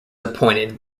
appointed